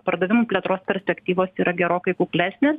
pardavimų plėtros perspektyvos yra gerokai kuklesnės